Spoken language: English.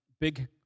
big